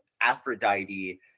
aphrodite